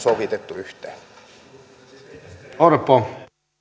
sovitettu yhteen